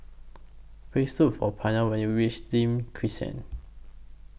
Please Look For Pryor when YOU REACH Nim Crescent